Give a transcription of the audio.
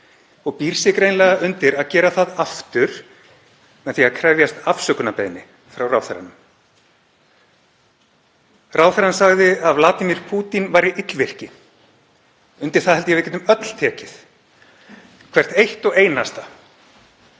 og býr sig greinilega undir að gera það aftur með því að krefjast afsökunarbeiðni frá ráðherranum. Ráðherrann sagði að Vladimir Pútín væri illvirki. Undir það held ég að við getum öll tekið, hvert eitt og einasta.